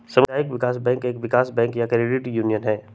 सामुदायिक विकास बैंक एक विकास बैंक या क्रेडिट यूनियन हई